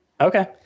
Okay